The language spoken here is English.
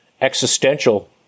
existential